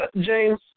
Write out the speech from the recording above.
James